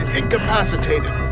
incapacitated